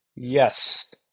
Yes